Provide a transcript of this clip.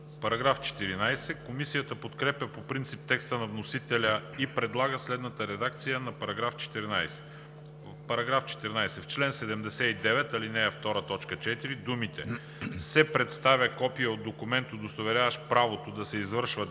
МАНЕВ: Комисията подкрепя по принцип текста на вносителя и предлага следната редакция на § 14: „§ 14. В чл. 79, ал. 2, т. 4 думите „се представя копие от документ, удостоверяващ правото да се извършва